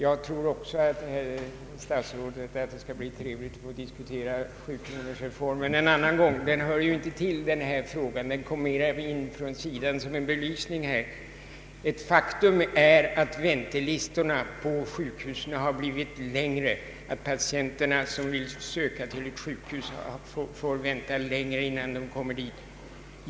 Jag tycker också, herr statsråd, att det skall bli trevligt att diskutera 7-kronorsreformen en annan gång. Den hör inte till denna fråga utan kom in från sidan som en belysning. Faktum är att väntelistorna på sjukhusen har blivit längre, att de patienter som vill söka till ett sjukhus får vänta längre innan de kommer dit.